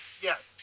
Yes